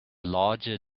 larger